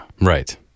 Right